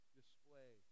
display